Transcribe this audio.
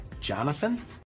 Jonathan